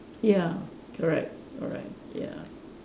ya correct alright ya